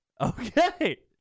Okay